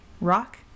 Rock